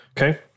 Okay